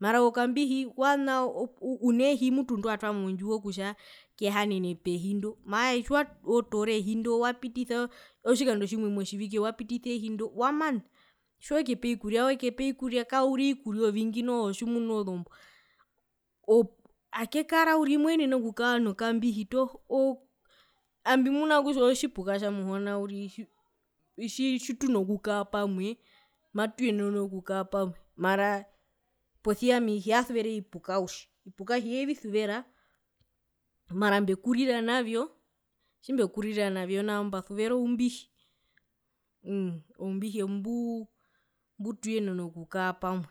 mara okambihi kwana unehi mutu ndiwatwa mondjiwo kutja kehanene pehi ndo mara tjiwa tora ehi ndo wapitisa otjikando tjimwe motjivike wapitisa ehindo wamana tjiwekepe ovikuria wekepe ovikuria kauri ovikuria ovingi noho tjimuno zombwa akekara uriri moenene okuka nokambihi poo ami mbimuna otjipuka tjamuhona uriri tji tjituno kukaa pamwe matuyenene okukaa pamwe mara posia ami hiya suvera ovipuka uriri ovipuka hiyevisuvera mara mbekurira navyo tjimbekurira navyo nao mbasuvera oumbihi uumm oumbihi ombuu ombutuyenena okukaa pamwe.